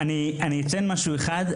אני אתן משהו אחד,